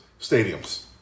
stadiums